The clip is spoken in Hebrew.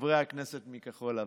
חברי הכנסת מכחול לבן?